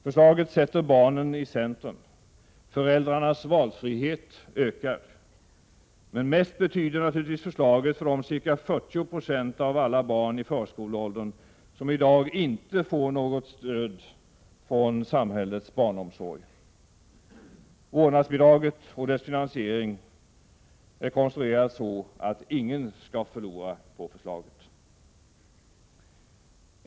Förslaget sätter barnen i centrum. Föräldrarnas valfrihet ökar. Mest betyder naturligtvis förslaget för de ca 40 96 av alla barn i förskoleåldern som i dag inte får något stöd från samhällets barnomsorg. Vårdnadsbidraget och dess finansiering är konstruerade så att ingen skall förlora på förslaget.